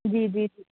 جی جی